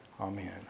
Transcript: Amen